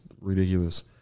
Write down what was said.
ridiculous